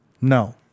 No